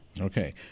Okay